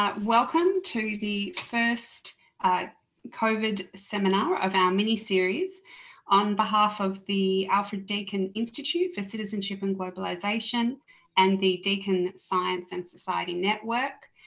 but welcome to the first covid seminar of our mini-series on behalf of the alfred deakin institute for citizenship and globalization and the deakin science and society network.